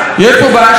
יש פה בעיה של מזרחים?